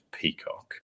Peacock